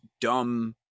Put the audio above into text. dumb